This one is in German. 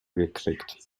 gekriegt